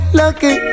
lucky